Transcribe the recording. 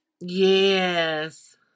Yes